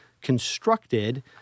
constructed –